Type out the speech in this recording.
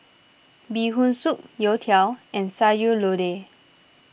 Bee Hoon Soup Youtiao and Sayur Lodeh